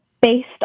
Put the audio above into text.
based